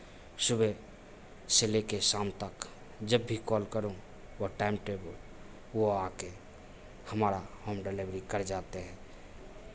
सुबह से ले कर शाम तक जब भी कॉल करो वह टाइम टेबुल वो आ कर हमारा होम डिलिवरी कर जाते हैं